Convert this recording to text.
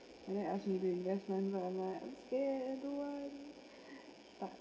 and they ask me to investments I'm like I'm scared I don't want but